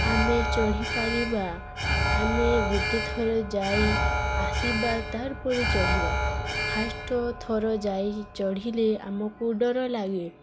ଆମେ ଚଢ଼ିପାରିବା ଆମେ ଗୋଟେଥର ଯାଇ ଆସିବା ତାର୍ ପରେ ଚଢ଼ିବା ଫାଷ୍ଟ ଥର ଯାଇ ଚଢ଼ିଲେ ଆମକୁ ଡର ଲାଗେ